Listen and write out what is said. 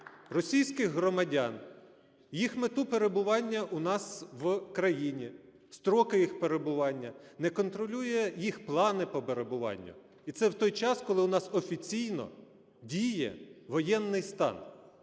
російських громадян, їх мету перебування у нас в країні, строки їх перебування, не контролює їх плани по перебуванню і це в той час, коли у нас офіційно діє воєнний стан?